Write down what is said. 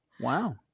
wow